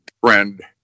friend